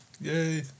Yay